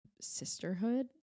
sisterhood